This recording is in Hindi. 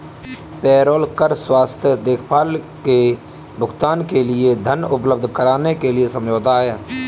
पेरोल कर स्वास्थ्य देखभाल के भुगतान के लिए धन उपलब्ध कराने के लिए समझौता है